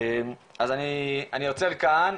אז אני עוצר כאן,